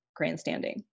grandstanding